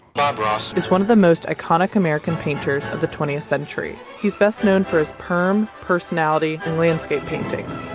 bob ross narrator is one of the most iconic american painters of the twentieth century. he's best known for his perm, personality and landscape paintings.